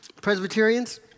Presbyterians